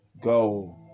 go